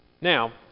Now